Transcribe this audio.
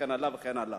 וכן הלאה וכן הלאה.